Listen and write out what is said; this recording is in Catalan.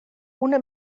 una